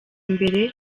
imbere